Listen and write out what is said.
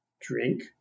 drink